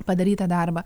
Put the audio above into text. padaryt tą darbą